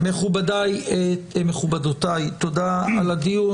מכובדי ומכובדותי, תודה על הדיון.